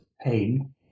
pain